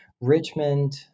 Richmond